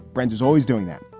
brenda is always doing that.